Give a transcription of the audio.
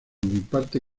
imparte